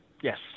Yes